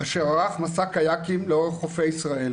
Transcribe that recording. אשר ערך מסע קיאקים לאורך חופי ישראל